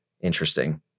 Interesting